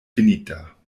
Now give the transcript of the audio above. finita